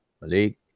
Malik